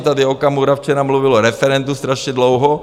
Tady Okamura včera mluvil o referendu strašně dlouho.